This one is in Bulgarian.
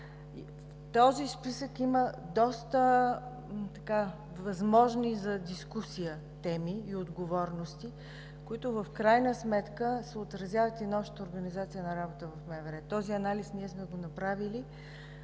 Този списък има доста възможни за дискусия теми и отговорности, които в крайна сметка се отразяват и на общата организация на работа в МВР. Този анализ ние сме го направили,